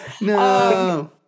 no